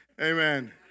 Amen